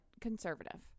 conservative